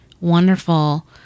wonderful